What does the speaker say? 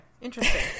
Interesting